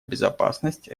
безопасность